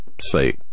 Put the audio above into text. say